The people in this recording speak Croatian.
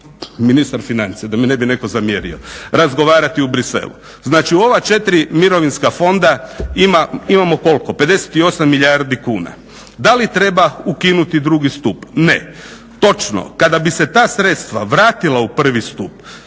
ministar financija da mi ne bi netko zamjerio razgovarati u Bruxellesu. Znači u ova četiri mirovinska fonda imamo koliko? 58 milijardi kuna. Da li treba ukinuti drugi stup? Ne. Točno. Kada bi se ta sredstva vratila u prvi stup